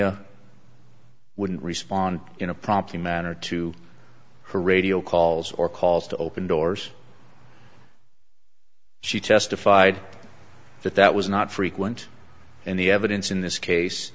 the wouldn't respond in a prompt manner to her radio calls or calls to open doors she testified that that was not frequent and the evidence in this case